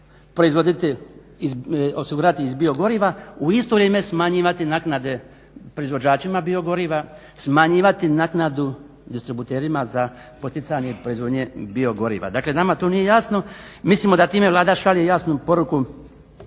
proizvoditi, osigurati iz biogoriva u isto vrijeme smanjivati naknade proizvođačima biogoriva, smanjivati naknadu distributerima za poticanje proizvodnje biogoriva. Dakle, nama tu nije jasno. Mislimo da time Vlada šalje jasnu poruku